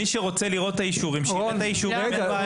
מי שרוצה לראות את האישורים, אין בעיה.